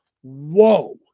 Whoa